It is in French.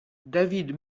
david